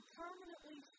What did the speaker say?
permanently